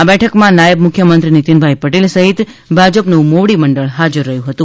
આ બેઠકમાં નાયબ મુખ્યમંત્રી નીતીનભાઈ પટેલ સહિત ભાજપનું મોવડી મંડળ હાજર રહ્યું હતું